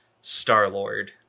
Star-Lord